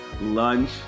lunch